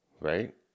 right